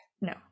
No